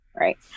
right